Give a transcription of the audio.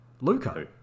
Luca